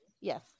Yes